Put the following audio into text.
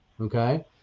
Okay